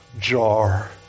jar